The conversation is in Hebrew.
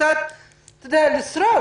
קצת כדי לשרוד.